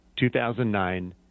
2009